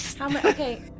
Okay